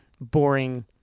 boring